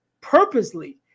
purposely